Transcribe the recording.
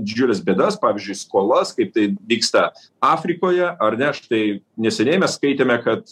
didžiules bėdas pavyzdžiui skolas kaip tai vyksta afrikoje ar ne štai neseniai mes skaitėme kad